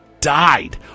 died